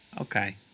Okay